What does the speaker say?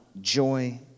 joy